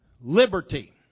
liberty